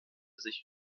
sich